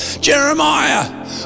Jeremiah